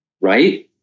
right